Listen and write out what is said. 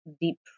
deep